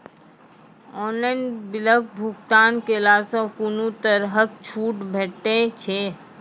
Online बिलक भुगतान केलासॅ कुनू तरहक छूट भेटै छै?